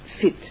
fit